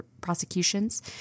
prosecutions